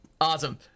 Awesome